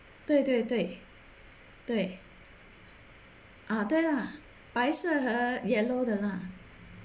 对对对对 ah 对 lah 白色和 yellow 的 lah